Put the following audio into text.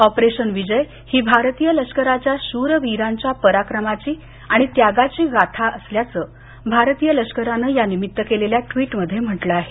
operation Vijay ही भारतीय लष्कराच्या शूर वीरांच्या पराक्रमाची आणि त्यागाची गाथा असल्याचं भारतीय लष्करानं या निमित्त केलेल्या ट्विटमध्ये म्हटलं आहे